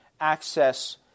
Access